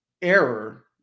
error